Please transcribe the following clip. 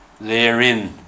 therein